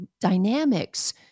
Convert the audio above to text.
dynamics